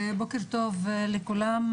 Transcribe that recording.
בוקר טוב לכולם,